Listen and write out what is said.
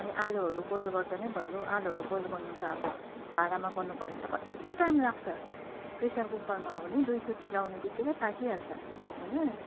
अनि आलुहरू बोइल गर्दा नै भयो आलुहरू बोइल गर्नु त अब भाँडामा गर्नुपर्यो भने त कत्ति टाइम लाग्छ प्रेसर कुकरमा हो भने दुई सिटी लगाउनेबित्तिकै पाकिहाल्छ होइन